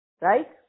right